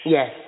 Yes